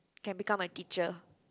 can become my teacher